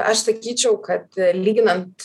aš sakyčiau kad lyginant